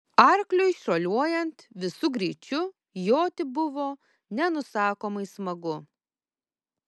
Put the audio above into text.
arkliui šuoliuojant visu greičiu joti buvo nenusakomai smagu